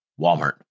Walmart